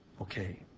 Okay